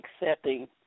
accepting